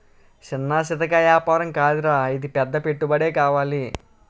చిన్నా చితకా ఏపారం కాదురా ఇది పెద్ద పెట్టుబడే కావాలి